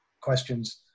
questions